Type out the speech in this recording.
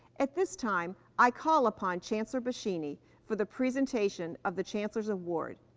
at this time, i call upon chancellor boschini for the presentation of the chancellor's award.